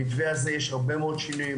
במתווה הזה יש הרבה מאוד שינויים.